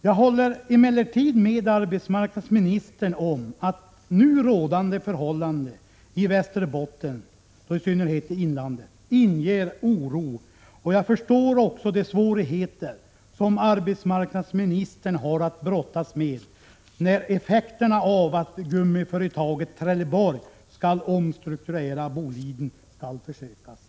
Jag håller emellertid med arbetsmarknadsministern om att nu rådande förhållanden i Västerbotten — och då i synnerhet i inlandet — inger oro. Jag har förståelse för de svårigheter som arbetsmarknadsministern har att brottas med när det gäller att försöka lindra effekterna av gummiföretaget Trelleborgs omstrukturering av Boliden.